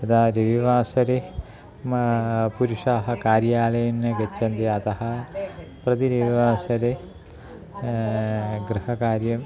यदा रविवासरे पुरुषाः कार्यालयं न गच्छन्ति अतः प्रतिरविवासरे गृहकार्यं